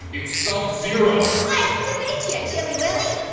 it's subzero. ice to meet ya, chilly willy.